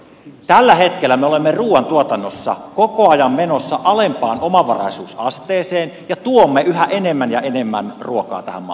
tällä hetkellä me olemme ruuantuotannossa koko ajan menossa alempaan omavaraisuusasteeseen ja tuomme yhä enemmän ja enemmän ruokaa tähän maahan